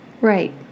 Right